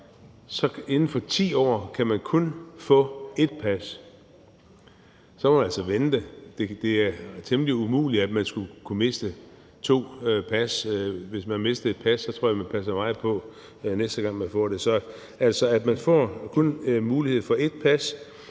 inden for 10 år kun få ét nyt pas. Ellers må man altså vente. Det er temmelig umuligt, at man skulle kunne miste to pas. Hvis man mister et pas, tror jeg, at man passer meget på, næste gang man får et nyt pas. Så forslaget er altså,